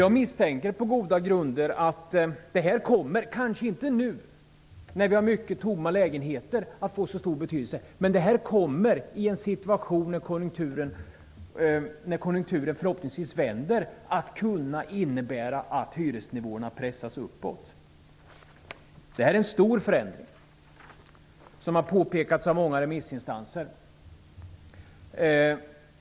Jag misstänker, på goda grunder, att detta kanske inte få så stor betydelse nu när vi har många tomma lägenheter. Men i en situation där konjunkturen förhoppningsvis vänder kommer detta att kunna innebära att hyresnivåerna pressas uppåt. Det är en stor förändring, vilket har påpekats av många remissinstanser.